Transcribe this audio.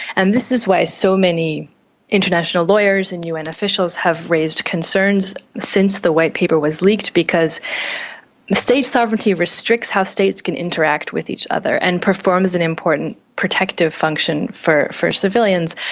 and this is why so many international lawyers and un officials have raised concerns since the white paper was leaked, because state sovereignty restricts how states can interact with each other and performs an important protective function for for civilians.